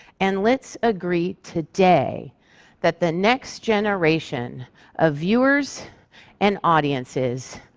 and let's agree today that the next generation of viewers and audiences,